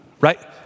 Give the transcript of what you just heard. right